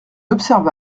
observa